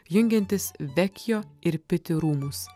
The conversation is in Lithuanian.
jungiantis vekijo ir piti rūmus